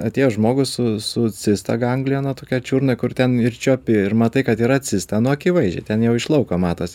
atėjo žmogus su su cista gangliono tokia čiurnoj kur ten ir čiuopi ir matai kad yra cista nu akivaizdžiai ten jau iš lauko matos